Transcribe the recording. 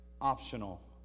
optional